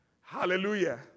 Hallelujah